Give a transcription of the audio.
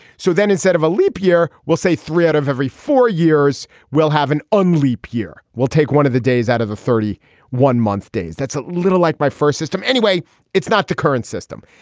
so then instead of a leap year we'll say three out of every four years will have an only peer. we'll take one of the days out of the thirty one month days. that's a little like my first system. anyway it's not the current system.